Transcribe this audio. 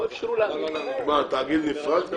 לא נכון.